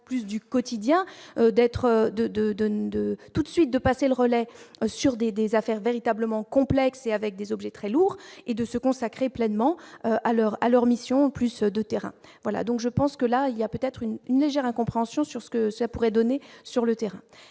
de, de, de, de tout de suite de passer le relais sur des des affaires véritablement avec des objets très lourd et de se consacrer pleinement à leur à leur mission plus de terrain, voilà, donc je pense que là il y a peut-être une une légère incompréhension sur ce que ça pourrait donner sur le terrain,